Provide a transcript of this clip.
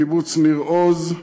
קיבוץ ניר-עוז,